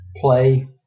play